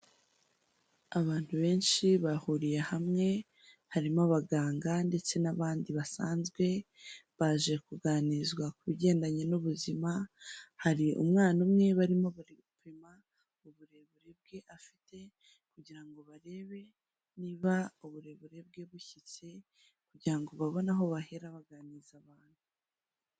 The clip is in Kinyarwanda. Abantu benshi bahuriye hamwe harimo abaganga ndetse n'abandi basanzwe baje kuganirizwa ku bigendanye n'ubuzima hari umwana umwe barimo bari gupima uburebure bwe afite kugira ngo barebe niba uburebure bwe bushyitse kugirango babone aho bahera baganiriza abantu.